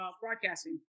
broadcasting